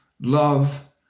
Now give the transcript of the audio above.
love